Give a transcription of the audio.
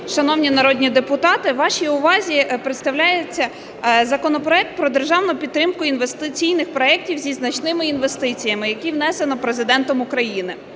шановні народні депутати, вашій увазі представляється законопроект про державну підтримку інвестиційних проектів зі значними інвестиціями, який внесено Президентом України.